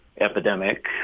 epidemic